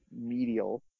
medial